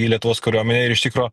į lietuvos kariuomenę ir iš tikro